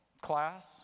Class